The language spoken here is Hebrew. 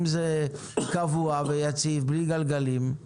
אם זה קבוע ויציב בלי גלגלים אז זה בניין.